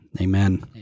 Amen